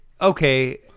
okay